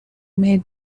may